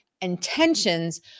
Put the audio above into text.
intentions